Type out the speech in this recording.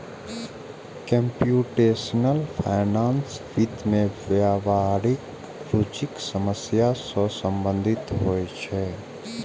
computational finance वित्त मे व्यावहारिक रुचिक समस्या सं संबंधित होइ छै